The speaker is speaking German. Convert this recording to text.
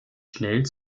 schnell